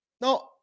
No